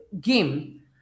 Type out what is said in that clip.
game